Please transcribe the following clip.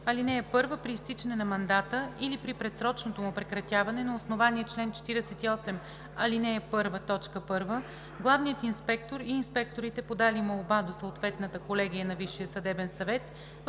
Алинея 1: „(1) При изтичане на мандата или при предсрочното му прекратяване на основание чл. 48, ал. 1, т. 1 главният инспектор и инспекторите, подали молба до съответната колегия на Висшия съдебен съвет